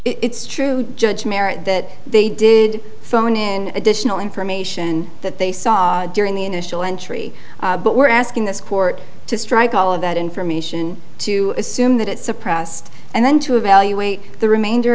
house it's true judge merritt that they did phone in additional information that they saw during the initial entry but we're asking this court to strike all of that information to assume that it suppressed and then to evaluate the remainder